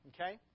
Okay